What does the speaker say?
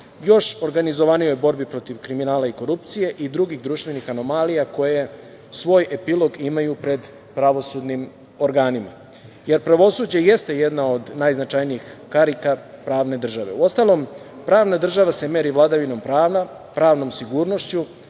još organizovanijoj borbi protiv kriminala i korupcije i drugih društvenih anomalija koje svoj epilog imaju pred pravosudnim organima, jer pravosuđe jeste jedna od najznačajnijih karika pravne države. Uostalom, pravna država se meri vladavinom prava, pravnom sigurnošću,